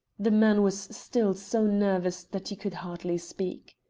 the man was still so nervous that he could hardly speak.